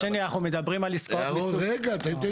אנחנו לא מדברים על עסקאות רגילות,